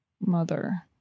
mother